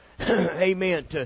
amen